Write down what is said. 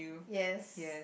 yes